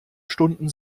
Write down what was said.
stunden